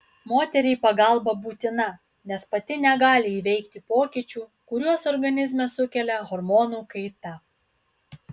moteriai pagalba būtina nes pati negali įveikti pokyčių kuriuos organizme sukelia hormonų kaita